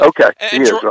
Okay